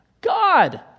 God